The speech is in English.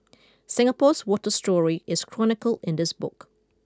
Singapore's water story is chronicle in this book